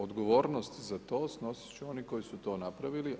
Odgovornost za to snositi će oni koji su to napravili.